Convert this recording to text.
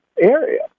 area